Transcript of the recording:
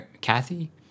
kathy